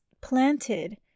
planted